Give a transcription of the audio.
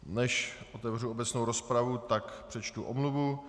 Než otevřu obecnou rozpravu, tak přečtu omluvu.